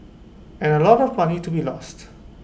and A lot of money to be lost